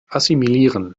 assimilieren